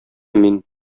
мин